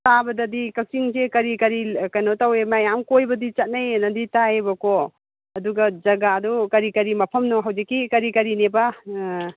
ꯇꯥꯕꯗꯗꯤ ꯀꯛꯆꯤꯡꯁꯦ ꯀꯔꯤ ꯀꯔꯤ ꯀꯩꯅꯣ ꯇꯧꯋꯦ ꯃꯌꯥꯝ ꯀꯣꯏꯕꯗꯤ ꯆꯠꯅꯩꯌꯦꯅꯗꯤ ꯇꯥꯏꯌꯦꯕꯀꯣ ꯑꯗꯨꯒ ꯖꯒꯥꯗꯣ ꯀꯔꯤ ꯀꯔꯤ ꯃꯐꯝꯅꯣ ꯍꯧꯖꯤꯛꯀꯤ ꯀꯔꯤ ꯀꯔꯤꯅꯦꯕ